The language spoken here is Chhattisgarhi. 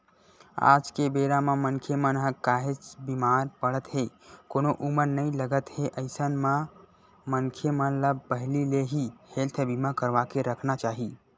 आज के बेरा म मनखे मन ह काहेच बीमार पड़त हे कोनो उमर नइ लगत हे अइसन म मनखे मन ल पहिली ले ही हेल्थ बीमा करवाके रखना चाही